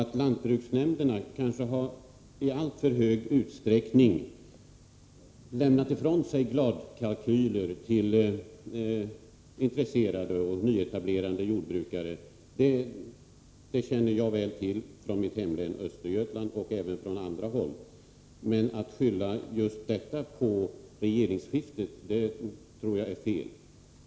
Att lantbruksnämnderna kanske i alltför stor utsträckning lämnat ifrån sig gladkalkyler till intresserade nyetablerande jordbrukare känner jag väl till från mitt hemlän Östergötland och även från andra håll. Men att skylla detta på regeringsskiftet tror jag är felaktigt.